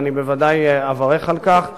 ואני בוודאי אברך על כך.